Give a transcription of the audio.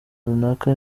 runaka